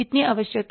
कितनी आवश्यक है